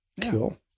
Cool